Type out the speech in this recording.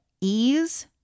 ease